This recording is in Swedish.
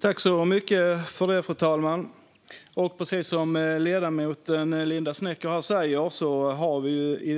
Fru talman! Precis som ledamoten Linda Snecker säger här har